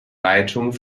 leitung